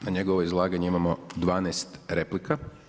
Na njegovo izlaganje imamo 12 replika.